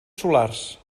solars